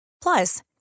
Plus